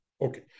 Okay